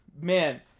man